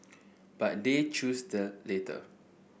but they chose the latter